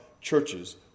churches